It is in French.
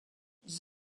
des